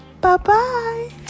Bye-bye